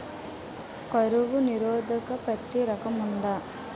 కరువు నిరోధక పత్తి రకం ఉందా?